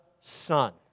Son